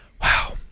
Wow